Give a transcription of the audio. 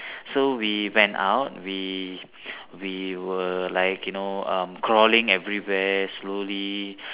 so we went out we we were like you know um crawling everywhere slowly